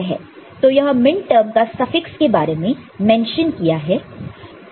तो यह मिनटर्म का सफिक्स के बारे में मेंशन किया है